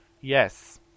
Yes